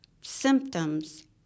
symptoms